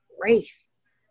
grace